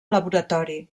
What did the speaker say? laboratori